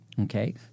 okay